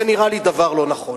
זה נראה לי דבר לא נכון,